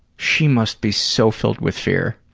she must be so filled with fear.